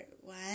one